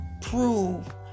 prove